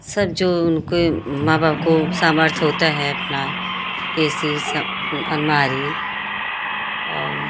सब जो उनके माँ बाप को सामर्थ होते हैं अपना ए सी सब अलमारी औ